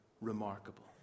remarkable